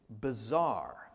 bizarre